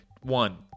One